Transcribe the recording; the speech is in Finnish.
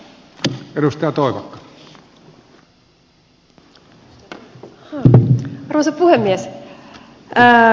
arvoisa puhemies